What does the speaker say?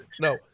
No